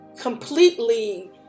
completely